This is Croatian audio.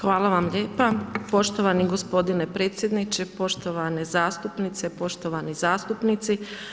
Hvala vam lijepa, poštovani gospodine predsjedniče, poštovane zastupnice, poštovani zastupnici.